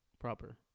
proper